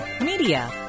media